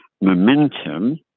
momentum